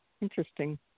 Interesting